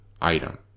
item